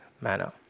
manner